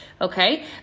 Okay